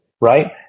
Right